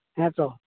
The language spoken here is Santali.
ᱦᱮᱸᱛᱚ